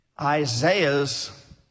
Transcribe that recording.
Isaiah's